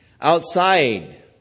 Outside